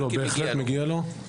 מגיע לו, בהחלט מגיע לו.